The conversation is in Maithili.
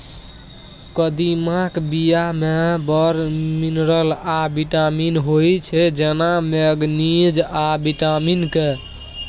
कदीमाक बीया मे बड़ मिनरल आ बिटामिन होइ छै जेना मैगनीज आ बिटामिन के